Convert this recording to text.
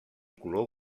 color